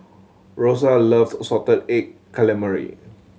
Rosa loves salted egg calamari